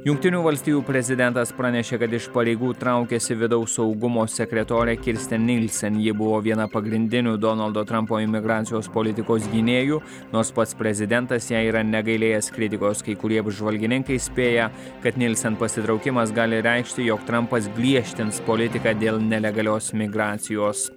jungtinių valstijų prezidentas pranešė kad iš pareigų traukiasi vidaus saugumo sekretorė kirsten nilsen ji buvo viena pagrindinių donaldo trampo imigracijos politikos gynėjų nors pats prezidentas jai yra negailėjęs kritikos kai kurie apžvalgininkai spėja kad nilsen pasitraukimas gali reikšti jog trampas griežtins politiką dėl nelegalios imigracijos